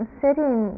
sitting